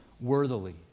worthily